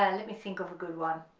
and let me think of a good one